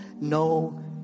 no